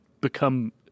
become